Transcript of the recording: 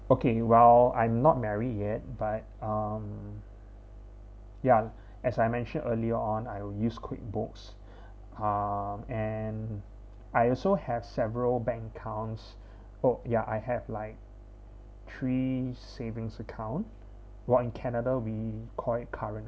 okay well I'm not married yet but um ya as I mentioned earlier on I will use QuickBooks um and I also have several bank accounts oh ya I have like three savings account while in canada we called it current